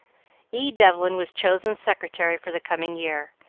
e. devlin was chosen secretary for the coming year,